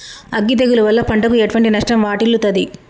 అగ్గి తెగులు వల్ల పంటకు ఎటువంటి నష్టం వాటిల్లుతది?